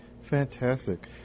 Fantastic